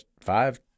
five